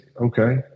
Okay